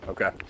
Okay